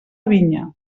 vinya